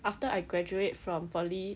after I graduate from poly